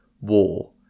war